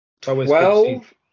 Twelve